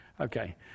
Okay